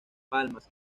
palmas